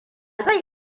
zai